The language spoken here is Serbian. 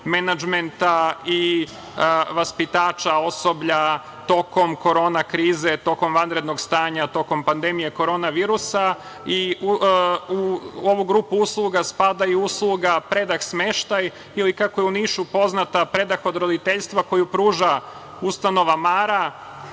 menadžmenta i vaspitača, osoblja, tokom korona krize, tokom vanrednog stanja, tokom pandemije korona virusa. U ovu grupu usluga spadaju, usluge – predah smeštaj ili kako je u Nišu poznata predah od roditeljstva koju pruža ustanova „Mara“